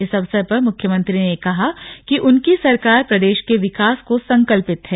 इस अवसर पर मुख्यमंत्री ने कहा कि उनकी सरकार प्रदेश के विकास को संकल्पित है